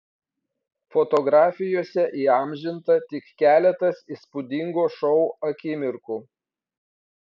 fotografijose įamžinta tik keletas įspūdingo šou akimirkų